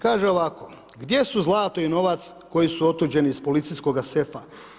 Kaže ovako: gdje su zlato i novac koji su otuđeni iz policijskog sefa?